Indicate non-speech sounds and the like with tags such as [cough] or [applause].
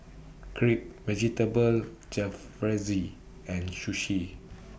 Crepe Vegetable Jalfrezi and Sushi [noise]